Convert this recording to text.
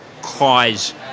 cause